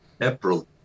april